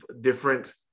different